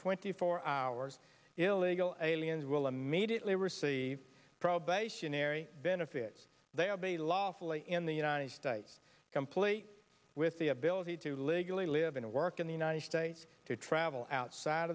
twenty four hours illegal aliens will immediately receive probationary benefits they obey lawfully in the united states complete with the ability to legally live in a work in the united states to travel outside